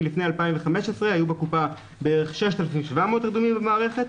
לפני 2015 היו בקופה בערך 6,700 רדומים במערכת,